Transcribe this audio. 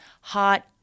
hot